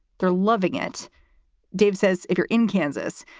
they're loving it dave says if you're in kansas,